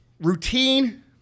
routine